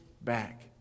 back